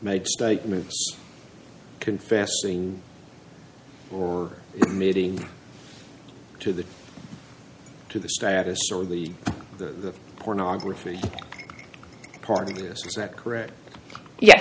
made statements confessing or meeting to the to the status or the the pornography part of this is that correct ye